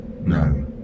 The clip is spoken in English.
No